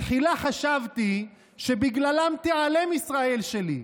תחילה חשבתי שבגללם תיעלם ישראל שלי,